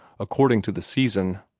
according to the season.